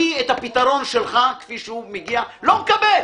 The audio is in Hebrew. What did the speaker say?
אני את הפתרון שלך כפי שהוא מגיע, לא מקבל.